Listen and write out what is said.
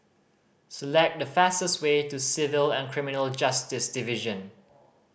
select the fastest way to Civil and Criminal Justice Division